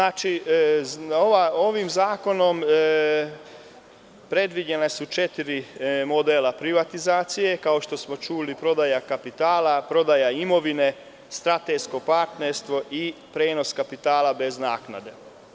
Ovim zakonom predviđena su četiri modela privatizacije, prodaja kapitala, prodaja imovine, strateško partnerstvo i prenos kapitala bez naknade.